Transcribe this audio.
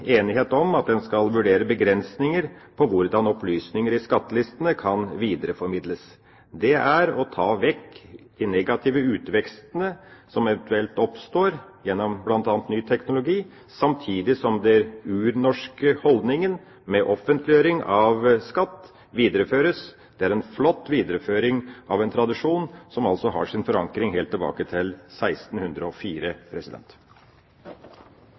skal vurdere begrensninger på hvordan opplysninger i skattelistene kan videreformidles. Det er å ta vekk de negative utvekstene som eventuelt oppstår gjennom bl.a. ny teknologi, samtidig som den urnorske holdningen med offentliggjøring av skatt videreføres. Det er en flott videreføring av en tradisjon, som altså har sin forankring helt tilbake til 1604.